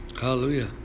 Hallelujah